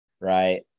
Right